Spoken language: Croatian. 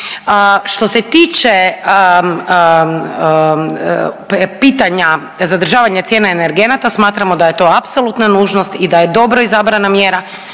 Što se tiče pitanja zadržavanje cijene energenata, smatramo da je to apsolutna nužnost i da je dobro izabrana mjera